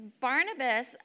Barnabas